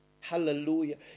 Hallelujah